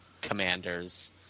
commanders